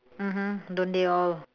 mmhmm don't they all